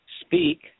speak